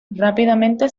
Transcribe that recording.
rápidamente